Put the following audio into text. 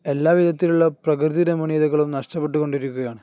എല്ലാ വിധത്തിലുള്ള പ്രകൃതി രമണീയതകളും നഷ്ടപ്പെട്ടുകൊണ്ടിരിക്കുകയാണ്